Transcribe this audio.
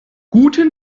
guten